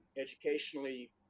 educationally